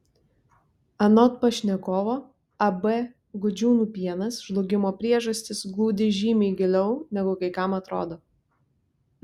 anot pašnekovo ab gudžiūnų pienas žlugimo priežastys glūdi žymiai giliau negu kai kam atrodo